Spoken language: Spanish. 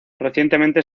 recientemente